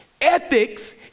Ethics